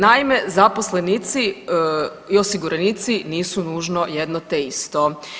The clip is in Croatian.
Naime, zaposlenici i osiguranici nisu nužno jedno te isto.